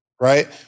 right